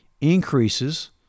increases